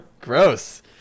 Gross